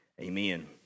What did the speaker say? amen